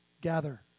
gather